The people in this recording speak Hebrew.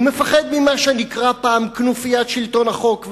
הוא מפחד ממה שנקרא פעם כנופיית שלטון החוק,